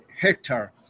hectare